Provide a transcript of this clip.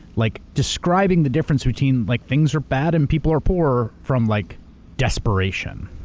like, describing the difference between like things are bad and people are poor from like desperation,